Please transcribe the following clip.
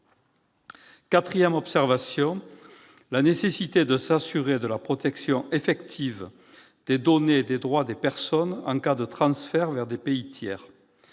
Quatrième observation : la nécessité de s'assurer de la protection effective des données et des droits des personnes en cas de transfert vers des pays tiers.